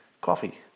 coffee